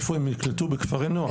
הם נקלטו בכפרי נוער?